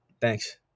Thanks